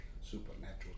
supernatural